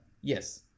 Yes